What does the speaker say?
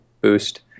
boost